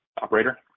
Operator